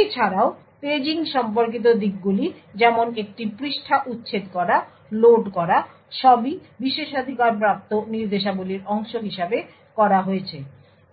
এছাড়াও পেজিং সম্পর্কিত দিকগুলি যেমন একটি পৃষ্ঠা উচ্ছেদ করা লোড করা সবই বিশেষাধিকারপ্রাপ্ত নির্দেশাবলীর অংশ হিসাবে করা হয়েছে।